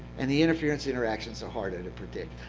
and the interference interactions are hard ah to predict.